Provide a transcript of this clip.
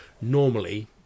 normally